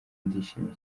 ndishimye